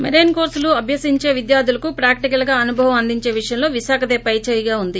marine కోర్సులు అభ్యసించే విద్యార్దులకు ప్రాక్టికల్ అనుభవం అందించే విషయంలో విశాఖదే పై చేయిగా ఉంది